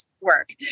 work